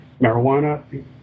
marijuana